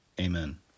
Amen